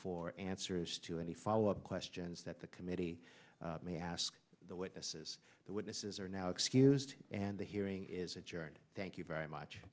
for answers to any follow up questions that the committee may ask the witnesses the witnesses are now excused and the hearing is adjourned thank you very much